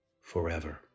forever